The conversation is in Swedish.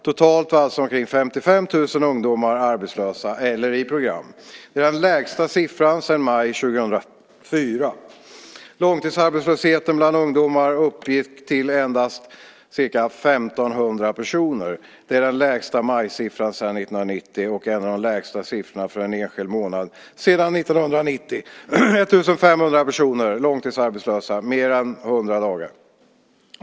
Totalt var alltså omkring 55 000 ungdomar arbetslösa eller i program. Det är den lägsta siffran sedan maj 2004. Långtidsarbetslösheten bland ungdomar uppgick till endast ca 1 500 personer. Det är den lägsta majsiffran sedan 1990 och även de lägsta siffrorna för en enskild månad sedan 1990. Det är fråga om 1 500 personer som är långtidsarbetslösa mer än 100 dagar.